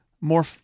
More